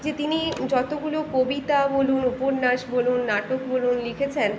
যে তিনি যতগুলো কবিতা বলুন উপন্যাস বলুন নাটক বলুন লিখেছেন